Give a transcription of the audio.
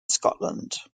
scotland